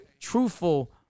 truthful